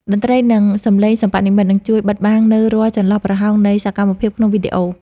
តន្ត្រី និង សម្លេងសិប្បនិម្មិតនឹងជួយបិទបាំងនូវរាល់ចន្លោះប្រហោងនៃសកម្មភាពក្នុងវីដេអូ។